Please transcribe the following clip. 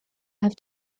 have